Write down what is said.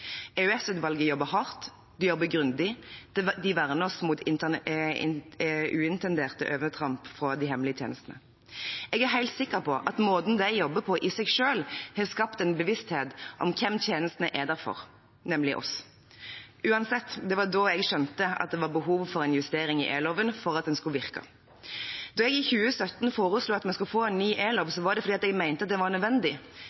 jobber hardt, det jobber grundig, det verner oss mot uintenderte overtramp fra de hemmelige tjenestene. Jeg er helt sikker på at måten de jobber på, i seg selv har skapt en bevissthet om hvem tjenestene er der for, nemlig oss. Uansett, det var da jeg skjønte at det var behov for en justering i e-loven for at den skulle virke. Da jeg i 2017 foreslo at vi skulle få en ny